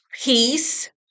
peace